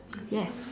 yes